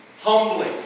humbly